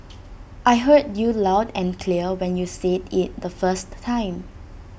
I heard you loud and clear when you said IT the first time